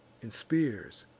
and spears,